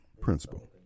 principle